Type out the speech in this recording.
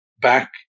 back